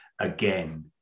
again